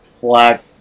Black